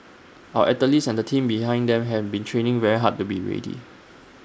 our athletes and the team behind them have been training very hard to be ready